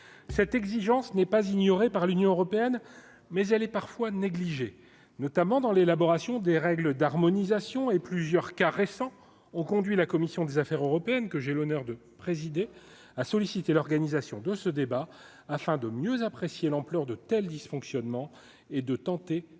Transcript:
cette exigence n'est pas ignorée par l'Union européenne mais elle est parfois négligé, notamment dans l'élaboration des règles d'harmonisation et plusieurs cas récents ont conduit la commission des Affaires européennes, que j'ai l'honneur de présider à solliciter l'organisation de ce débat afin de mieux apprécier l'ampleur de tels dysfonctionnements et de tenter d'en